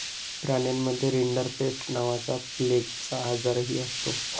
प्राण्यांमध्ये रिंडरपेस्ट नावाचा प्लेगचा आजारही असतो